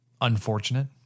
unfortunate